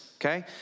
okay